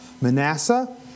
Manasseh